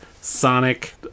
Sonic